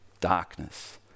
Darkness